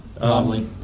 lovely